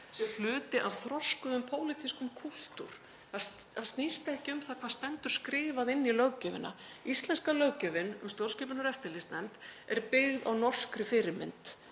sé hluti af þroskuðum pólitískum kúltúr, það snýst ekki um það hvað stendur skrifað inn í löggjöfina. Íslenska löggjöfin um stjórnskipunar- og eftirlitsnefnd er byggð á norskri fyrirmynd.